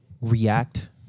react